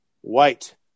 white